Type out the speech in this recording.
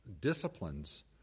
disciplines